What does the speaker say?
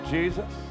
Jesus